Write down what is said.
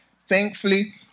thankfully